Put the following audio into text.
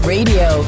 Radio